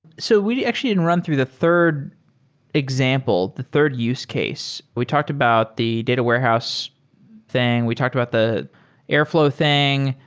so we actually didn't run through the third example, the third use case. we talked about the data warehouse thing. we talked about the airfl ow thing.